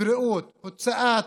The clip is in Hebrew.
הבריאות, הוצאת